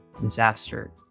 disaster